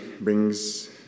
brings